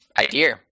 idea